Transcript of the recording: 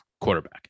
quarterback